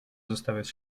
zostawiać